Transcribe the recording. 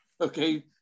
okay